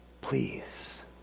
Please